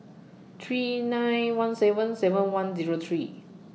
three nine one seven seven one Zero three